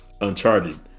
uncharted